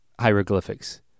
hieroglyphics